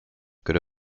could